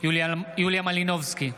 יוליה מלינובסקי,